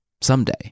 someday